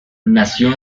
nació